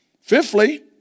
Fifthly